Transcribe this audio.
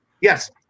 yes